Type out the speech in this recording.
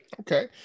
Okay